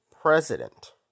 president